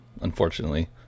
unfortunately